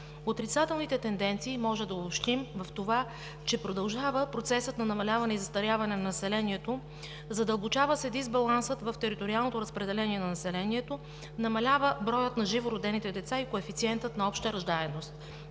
Отрицателните тенденции може да обобщим в това, че продължава процесът на намаляване и застаряване на населението; задълбочава се дисбалансът в териториалното разпределение на населението; намалява броят на живородените деца и коефициентът на обща раждаемост.